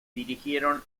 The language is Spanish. dirigieron